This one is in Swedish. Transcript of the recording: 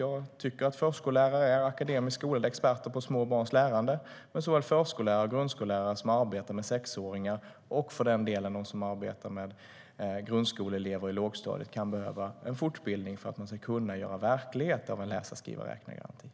Jag anser att förskollärare är akademiskt skolade experter på små barns lärande, men såväl förskollärare och grundskollärare som arbetar med sexåringar som de lärare som arbetar med grundskoleelever i lågstadiet kan behöva en fortbildning för att kunna göra verklighet av en läsa-skriva-räkna-garanti.